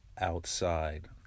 outside